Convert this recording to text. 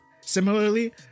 similarly